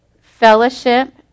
fellowship